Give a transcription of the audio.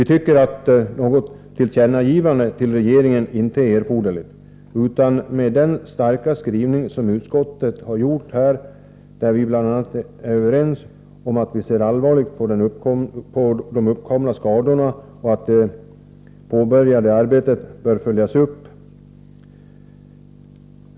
Utskottet har här gjort en stark skrivning, där vi bl.a. är överens om att vi ser allvarligt på de uppkomna skogsskadorna och anser att det påbörjade arbetet bör följas upp.